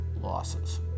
losses